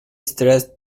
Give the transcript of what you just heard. stressed